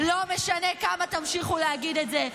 לא משנה כמה תמשיכו להגיד את זה,